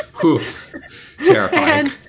Terrifying